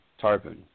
tarpon